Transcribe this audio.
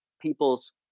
people's